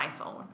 iPhone